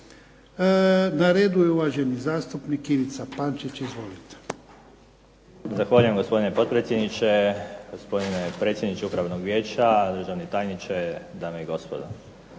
Na redu je uvaženi zastupnik Ivica Pančić. Izvolite. **Pančić, Ivica (HSD)** Zahvaljujem gospodine potpredsjedniče, gospodine predsjedniče Upravnog vijeća, dame i gospodo.